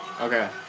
Okay